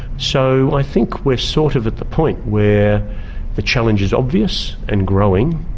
so i think we're sort of at the point where the challenge is obvious and growing,